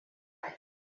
right